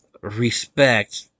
respect